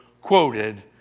quoted